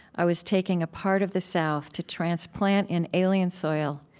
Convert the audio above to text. i was taking a part of the south to transplant in alien soil,